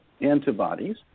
antibodies